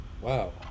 Wow